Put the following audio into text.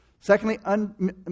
Secondly